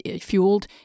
fueled